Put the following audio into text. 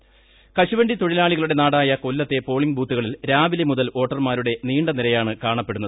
കൊല്ലം intro live കശുവണ്ടിത്തൊഴിലാളികളുടെ നാടായ കൊല്ലത്തെ പോളിംഗ് ബൂത്തുകളിൽ രാവിലെ മുതൽ വോട്ടർമാരുടെ ്നീണ്ട നിരയാണ് കാണപ്പെടുന്നത്